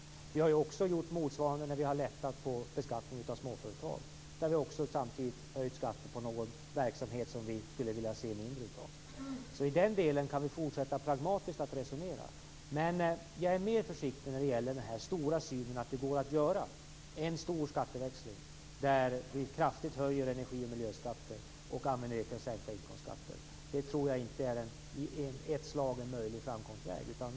Vi har gjort motsvarande när vi har lättat på beskattningen för småföretag men samtidigt höjt skatten på verksamheter som vi vill se mindre av. Vi kan fortsätta att pragmatiskt resonera om detta. Jag är mer försiktig i uppfattningen att det går att göra en stor skatteväxling med hjälp av en kraftig höjning av energi och miljöskatten och använder det till att sänka inkomstskatter. Jag tror inte att det i ett slag är en möjlig framkomstväg.